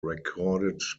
recorded